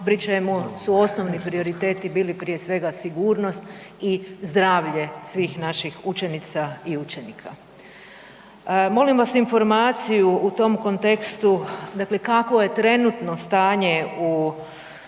pri čemu su osnovni prioriteti bili prije svega sigurnost i zdravlje svih naših učenica i učenika. Molim vas informaciju u tom kontekstu, dakle kako je trenutno stanje u